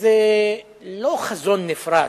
שזה לא חזון נפרץ.